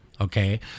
Okay